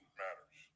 matters